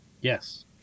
Yes